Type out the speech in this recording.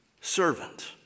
servant